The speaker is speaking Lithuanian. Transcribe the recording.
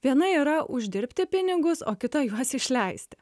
viena yra uždirbti pinigus o kita juos išleisti